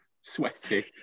Sweaty